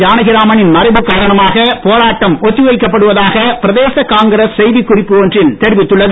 ஜானகிராமன் மறைவு காரணமாக போராட்டம் ஒத்திவைக்கப் படுவதாக பிரதேச காங்கிரஸ் செய்திக்குறிப்பு ஒன்றில் தெரிவித்துள்ளது